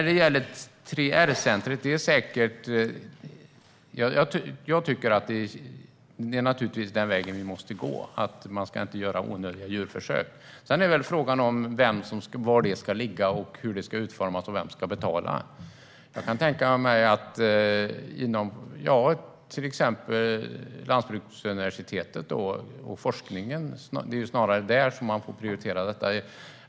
Ett 3R-center är nog rätt väg att gå. Man ska inte göra onödiga djurförsök. Men frågan är var det ska ligga, hur det ska utformas och vem som ska betala. Det är väl snarast lantbruksuniversitetet och forskningen som får prioritera detta.